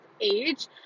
age